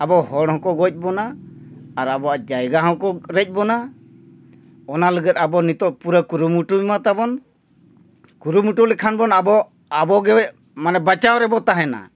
ᱟᱵᱚ ᱦᱚᱲ ᱦᱚᱸᱠᱚ ᱜᱚᱡ ᱵᱚᱱᱟ ᱟᱨ ᱟᱵᱚᱣᱟᱜ ᱡᱟᱭᱜᱟ ᱦᱚᱸᱠᱚ ᱨᱮᱡ ᱵᱚᱱᱟ ᱚᱱᱟ ᱞᱟᱹᱜᱤᱫ ᱟᱵᱚ ᱱᱤᱛᱳᱜ ᱯᱩᱨᱟᱹ ᱠᱩᱨᱩᱢᱩᱴᱩᱭ ᱢᱟ ᱛᱟᱵᱚᱱ ᱠᱩᱨᱩᱢᱩᱴᱩ ᱞᱮᱠᱷᱟᱱ ᱵᱚᱱ ᱟᱵᱚ ᱟᱵᱚᱜᱮ ᱢᱟᱱᱮ ᱵᱟᱧᱪᱟᱣ ᱨᱮᱵᱚᱱ ᱛᱟᱦᱮᱱᱟ